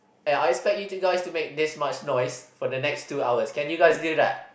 aye I expect you two guys to make this much noise for the next two hours can you guys do that